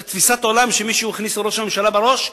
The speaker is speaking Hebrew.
זאת תפיסת עולם שמישהו הכניס לראש הממשלה לראש?